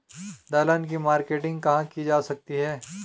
दलहन की मार्केटिंग कहाँ की जा सकती है?